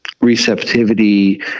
receptivity